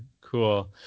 cool